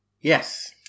yes